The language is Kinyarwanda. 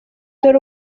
dore